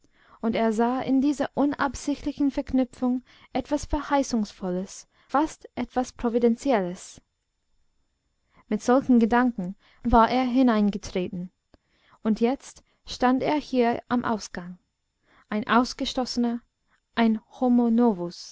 und er sah in dieser unabsichtlichen verknüpfung etwas verheißungsvolles fast etwas providentielles mit solchen gedanken war er hineingetreten und jetzt stand er hier am ausgang ein ausgestoßener ein